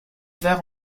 vert